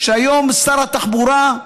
שהיום שר התחבורה,